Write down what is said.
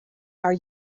are